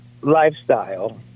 lifestyle